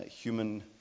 human